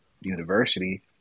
university